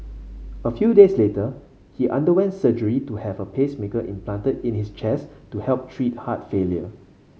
a few days later he underwent surgery to have a pacemaker implanted in his chest to help treat heart failure